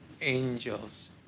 angels